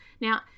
Now